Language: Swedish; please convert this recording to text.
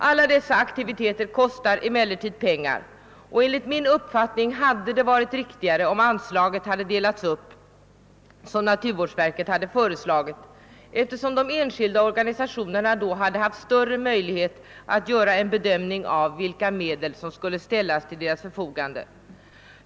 Alla dessa aktiviteter kostar emellertid pengar, och enligt min uppfattning hade det varit riktigare om anslaget hade delats upp så som naturvårdsver ket hade föreslagit, eftersom de enskilda organisationerna då hade haft större möjligheter att göra en bedömning av de medel som skulle ställas till deras förfogande.